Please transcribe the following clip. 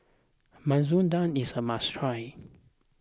Masoor Dal is a must try